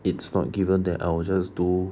it's not given then I was just do